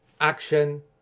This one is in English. Action